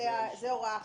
זו הוראה אחרת.